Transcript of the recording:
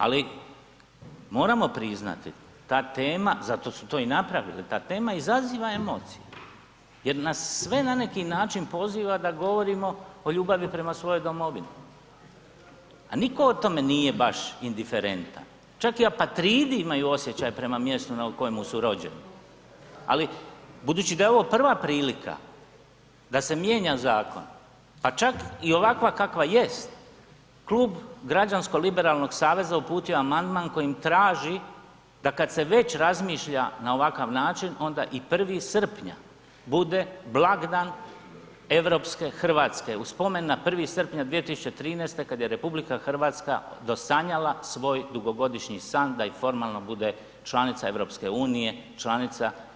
Ali moramo priznati ta tema, zato su to i napravili, ta tema izaziva emocije jer nas sve na neki način poziva da govorimo o ljubavi prema svojoj domovini, a nitko o tome nije baš indiferentan, čak i apatridi imaju osjećaj prema mjestu u kojemu su rođeni, ali budući da je ovo prva prilika da se mijenja zakon, pa čak i ovakva kakva jest Klub Građansko liberalnog saveza uputio je amandman kojim traži da kad se već razmišlja na ovakav način onda i 1. srpnja bude blagdan europske Hrvatske u spomen na 1. srpnja 2013. kad je RH dosanjala svoj dugogodišnji san da i formalno bude članica EU, članica europske zajednice slobodnih država.